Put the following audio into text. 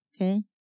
Okay